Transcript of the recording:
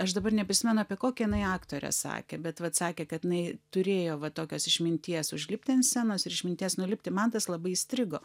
aš dabar neprisimenu apie kokią jinai aktorę sakė bet vat sakė kad jinai turėjo va tokios išminties užlipti ant scenos ir išminties nulipti man tas labai įstrigo